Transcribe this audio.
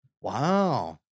Wow